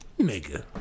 Nigga